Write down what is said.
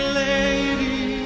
lady